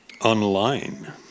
online